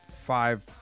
Five